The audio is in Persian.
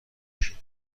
شما